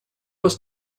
was